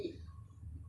and then